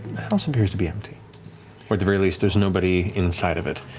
the house appears to be empty, or at the very least, there's nobody inside of it.